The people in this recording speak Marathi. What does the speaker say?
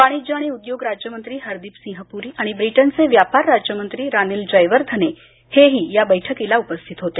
वाणिज्य आणि उद्योग राज्यमंत्री हरदीप सिंह पुरी आणि ब्रिटेनचे व्यापार राज्यमंत्री रानिल जयवर्धने हेही या बैठकीला उपस्थित होते